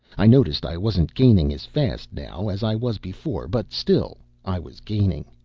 i noticed i wasn't gaining as fast, now, as i was before, but still i was gaining.